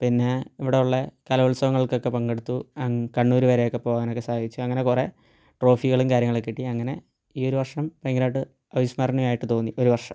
പിന്നെ ഇവിടെ ഉള്ള കലോത്സവങ്ങൾക്കൊക്കെ പങ്കെടുത്തു കണ്ണൂർ വരെയൊക്കെ പോവാനൊക്കെ സാധിച്ചു അങ്ങനെ കുറെ ട്രോഫികളും കാര്യങ്ങളും കിട്ടി അങ്ങനെ ഈ ഒരു വർഷം ഭയങ്കരമായിട്ട് അവിസ്മരണീയമായിട്ട് തോന്നിയ ഒരു വർഷം